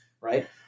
right